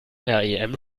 rem